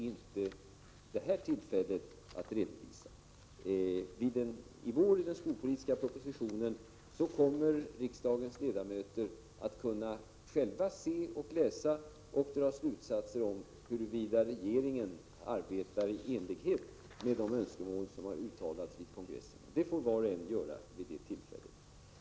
I vår, i den skolpolitiska propositionen, kommer riksdagens ledamöter själva att kunna läsa och dra slutsatser om huruvida regeringen arbetar i enlighet med de önskemål som har uttalats vid kongressen. Det får var och en göra vid det tillfället.